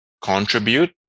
contribute